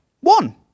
One